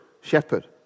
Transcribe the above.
shepherd